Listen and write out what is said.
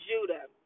Judah